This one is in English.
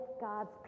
God's